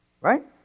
Right